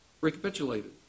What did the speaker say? Recapitulated